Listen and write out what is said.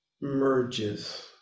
merges